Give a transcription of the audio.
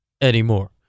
anymore